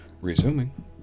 Resuming